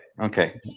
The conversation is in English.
okay